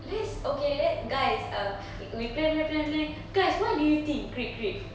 let's okay let guys um we plan plan plan plan guys what do you think great great